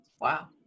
wow